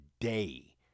day